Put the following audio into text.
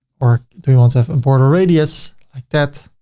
or do we want to have a border radius like that?